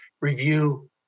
review